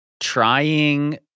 trying